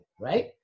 right